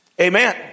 Amen